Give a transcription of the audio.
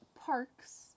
Parks